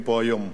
ועובדה,